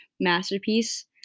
masterpiece